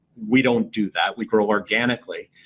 we don't do that. we grow organically.